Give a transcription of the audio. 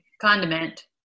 condiment